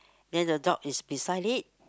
then the dog is beside it